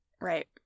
Right